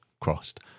crossed